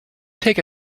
take